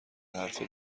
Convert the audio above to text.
حرف